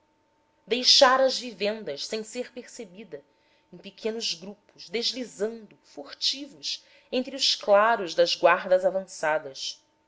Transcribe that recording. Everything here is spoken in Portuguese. deixara as vivendas sem ser percebida em pequenos grupos deslizando furtivos entre os claros das guardas avançadas